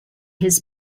his